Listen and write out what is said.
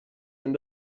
wenn